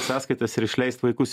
sąskaitas ir išleist vaikus